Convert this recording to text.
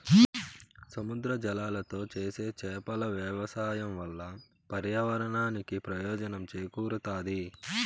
సముద్ర జలాలతో చేసే చేపల వ్యవసాయం వల్ల పర్యావరణానికి ప్రయోజనం చేకూరుతాది